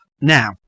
Now